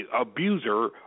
abuser